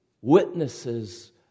witnesses